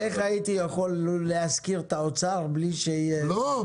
איך הייתי יכול לו להזכיר את האוצר בלי שיהיה --- לא,